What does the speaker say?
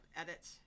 Edit